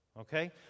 okay